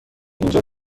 اینجا